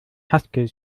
haskell